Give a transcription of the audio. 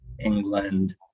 England